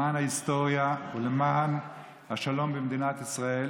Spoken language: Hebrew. למען ההיסטוריה ולמען השלום במדינת ישראל,